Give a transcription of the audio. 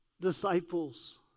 disciples